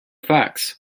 facts